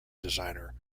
designer